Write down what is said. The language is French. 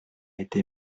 été